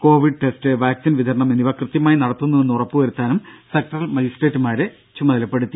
Covid test vaccine വിതരണം എന്നിവ കൃത്യമായി നടത്തുന്നുവെന്ന് ഉറപ്പുവരുത്താനും സെക്ടറൽ മജിസ്ട്രേറ്റുമാരെ ചുമതലപ്പെടുത്തി